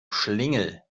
schlingel